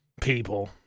People